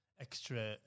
extra